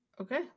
Okay